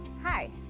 Hi